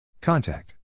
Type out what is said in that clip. Contact